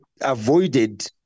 avoided